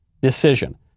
decision